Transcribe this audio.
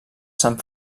sant